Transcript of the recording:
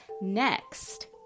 next